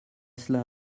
cela